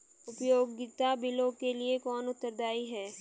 उपयोगिता बिलों के लिए कौन उत्तरदायी है?